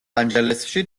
ანჯელესში